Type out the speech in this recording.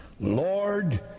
Lord